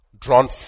drawn